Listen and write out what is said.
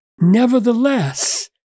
Nevertheless